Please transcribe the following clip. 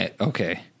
Okay